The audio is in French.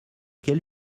quelle